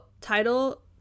title